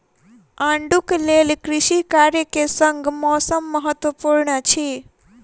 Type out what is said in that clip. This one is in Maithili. आड़ूक लेल कृषि कार्य के संग मौसम महत्वपूर्ण अछि